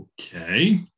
Okay